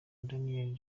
daniel